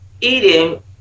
eating